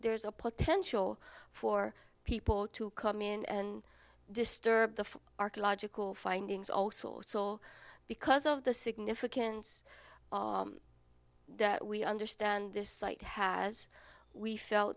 there's a potential for people to come in and disturb the archaeological findings also saw because of the significance we understand this site has we felt